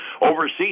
Overseas